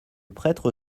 prêtre